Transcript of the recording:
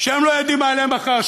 שהם לא יודעים מה יהיה מחר.